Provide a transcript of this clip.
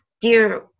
dear